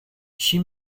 she